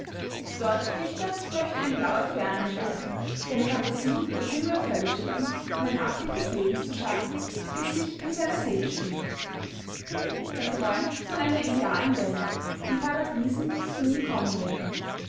der deutsche dichter möchte in blaue fernen schweifen seine phantasie durch himmel und hölle schicken um ein abbild des lebens zu schaffen wie es sich in seiner seele spiegelt er träumt von einer idealen welt von paradiesen die nie kommen werden